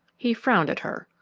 he frowned at her.